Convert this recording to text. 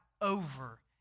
over